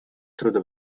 through